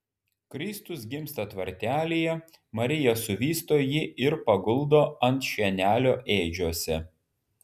kristus gimsta tvartelyje marija suvysto jį ir paguldo ant šienelio ėdžiose